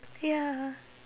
ya